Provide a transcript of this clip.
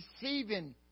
deceiving